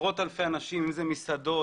עשרות אלפי אנשים אם אלה מסעדות,